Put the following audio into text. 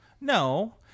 No